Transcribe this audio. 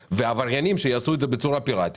אכיפת החוק נועדה לעבריינים שיעשו את זה בצורה פיראטית.